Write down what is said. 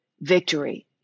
victory